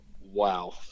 wow